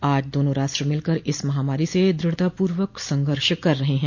आज दोनों राष्ट्र मिलकर इस महामारी से द्रढतापूर्वक संघर्ष कर रहे हैं